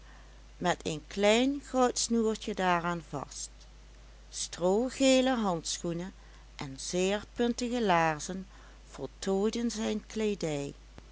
met een klein goud snoertje daaraan vast stroo gele handschoenen en zeer puntige laarzen voltooiden zijn